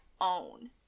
own